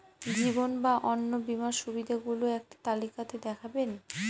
জীবন বা অন্ন বীমার সুবিধে গুলো একটি তালিকা তে দেখাবেন?